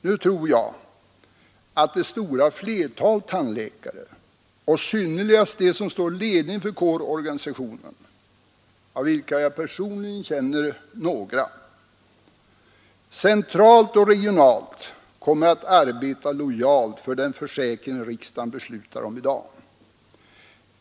Nu tror jag att det stora flertalet tandläkare och i synnerhet de som står i ledningen för kårorganisationerna — av vilka jag personligen känner några — centralt och regionalt kommer att arbeta lojalt för den försäkring riksdagen beslutar om i dag.